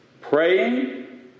praying